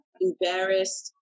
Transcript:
embarrassed